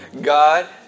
God